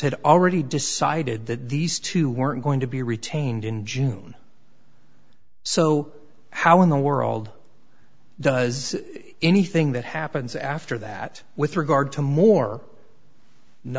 had already decided that these two weren't going to be retained in june so how in the world does anything that happens after that with regard to more